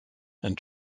and